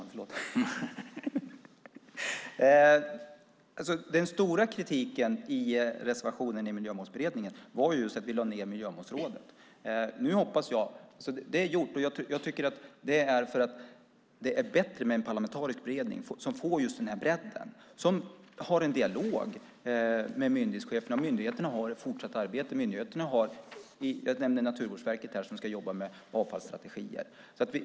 Herr talman! Den stora kritiken i reservationen i Miljömålsberedningen gällde just att vi lade ned Miljömålsrådet. Det är gjort, och det gjordes för att det är bättre med en parlamentarisk beredning som får just den här bredden och som har en dialog med myndighetscheferna. Myndigheterna har ett fortsatt arbete. Jag nämnde Naturvårdsverket, som ska jobba med avfallsstrategier.